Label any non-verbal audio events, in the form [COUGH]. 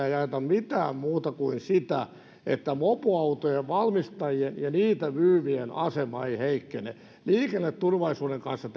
[UNINTELLIGIBLE] ei ajeta mitään muuta kuin sitä että mopoautojen valmistajien ja niitä myyvien asema ei heikkene liikenneturvallisuuden kanssa [UNINTELLIGIBLE]